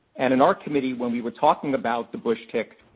and in our committee, when we were talking about the bush tick,